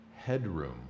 headroom